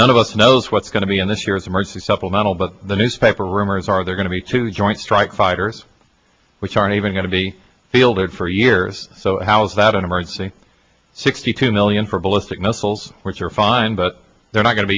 none of us knows what's going to be in this year's emergency supplemental but the newspaper rumors are they're going to be to joint strike fighters which aren't even going to be fielded for years so how is that an emergency sixty two million for ballistic missiles which are fine but they're not going to